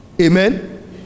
Amen